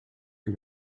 que